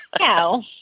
No